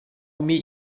meet